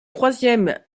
troisième